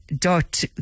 dot